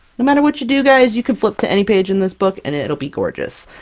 no matter what you do guys, you can flip to any page in this book, and it'll be gorgeous!